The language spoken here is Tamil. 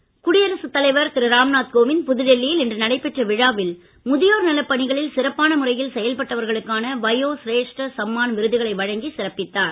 முதியோர் குடியரசு தலைவர் திரு ராம்நாத் கோவிந்த் புதுடெல்லியில் இன்று நடைபெற்ற விழாவில் முதியோர் நலப் பணிகளில் சிறப்பான முறையில் செயல்பட்டவர்களுக்கான வயோ சிரேஷ்ட சம்மான் விருதுகளை வழங்கிச் சிறப்பிக்கிறார்